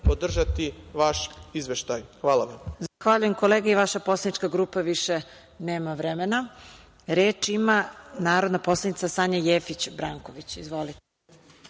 podržati vaš Izveštaj. Hvala vam.